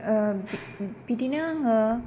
ओ बिदिनो आङो